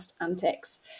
antics